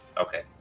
Okay